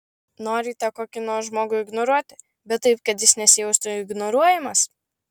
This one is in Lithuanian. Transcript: norite kokį nors žmogų ignoruoti bet taip kad jis nesijaustų ignoruojamas